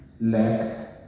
lack